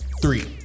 Three